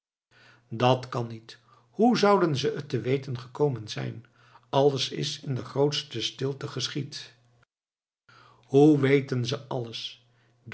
dat kan niet hoe zouden ze het te weten gekomen zijn alles is in de grootste stilte geschied hoe weten ze alles